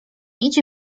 idzie